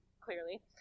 clearly